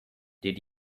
did